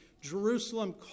Jerusalem